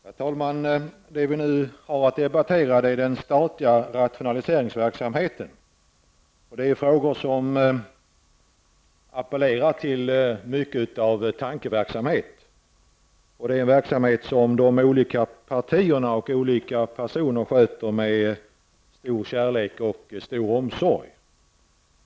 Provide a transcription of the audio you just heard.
Herr talman! Det som vi nu debatterar är den statliga rationaliseringsverksamheten. Det gäller frågor som väcker mycken tankeverksamhet, och det gäller uppgifter som partierna och olika personer sköter med stor kärlek och stor omsorg.